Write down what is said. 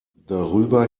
darüber